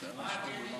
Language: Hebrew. מה הקשר?